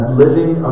living